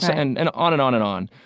and and on and on and on.